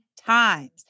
times